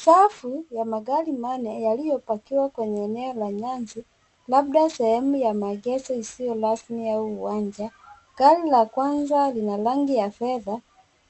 Safu ya magari manne yaliyopakiwa kwenye eneo la nyasi labda sehemu ya maegesho isiyorasmi au uwanja gari la kwanza lina rangi ya fedha